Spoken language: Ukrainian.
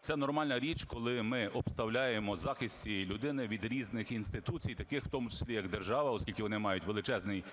це нормальна річ, коли ми обставляємо захист цієї людини від різних інституцій, і таких, в тому числі, як держава, оскільки вони мають величезний